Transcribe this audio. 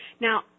Now